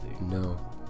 no